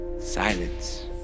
Silence